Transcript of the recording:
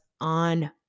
on